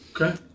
Okay